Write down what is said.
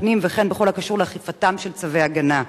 הפנים וכן בכל הקשור לאכיפתם של צווי הגנה?